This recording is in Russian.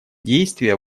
действия